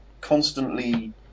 constantly